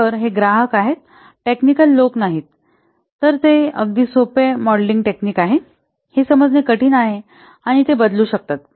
तर हे ग्राहक आहेत टेक्निकल लोक नाहीत ते हे एक अगदी सोपा मॉडेलिंग टेक्निक आहे हे समजणे कठीण आहे आणि ते बदलू शकतात